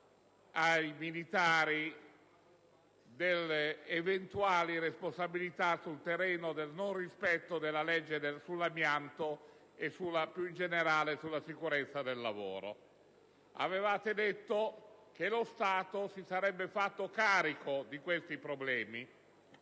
i militari dalle eventuali responsabilità sul terreno del non rispetto della legge sull'amianto e, più in generale, sulla sicurezza del lavoro. Avevate detto che lo Stato si sarebbe fatto carico di questi problemi.